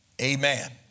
amen